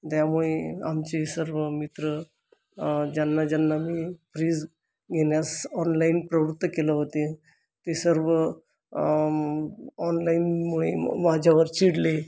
त्यामुळे आमचे सर्व मित्र ज्यांना ज्यांना मी फ्रीज घेण्यास ऑनलाइन प्रवृत्त केलं होते ते सर्व ऑनलाइनमुळे माझ्यावर चिडले